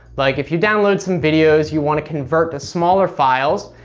like if you download some videos you want to convert to smaller files,